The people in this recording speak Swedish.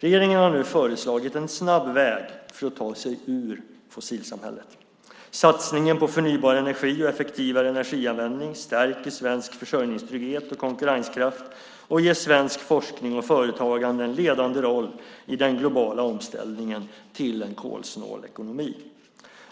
Regeringen har nu föreslagit en snabb väg för att ta sig ur fossilsamhället. Satsningen på förnybar energi och effektivare energianvändning stärker svensk försörjningstrygghet och konkurrenskraft och ger svensk forskning och företagande en ledande roll i den globala omställningen till en kolsnål ekonomi.